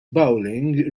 bowling